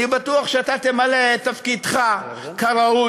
אני בטוח שאתה תמלא את תפקידך כראוי,